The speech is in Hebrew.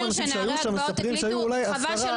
כי אותם נערים שהיו שם מספרים שהיו אולי 10 ,